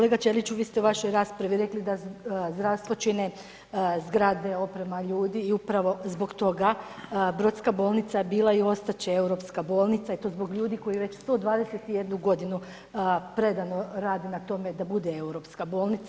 Kolega Ćeliću vi ste u vašoj raspravi rekli da zdravstvo čine zgrade, oprema, ljudi i upravo zbog toga Brodska bolnica bila je i ostat će europska bolnica i to zbog ljudi koji već 121 godinu predano rade na tome da bude europska bolnica.